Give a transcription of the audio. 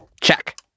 Check